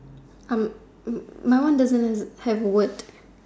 um my one doesn't have have word